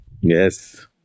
Yes